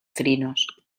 trinos